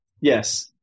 yes